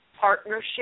partnership